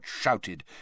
shouted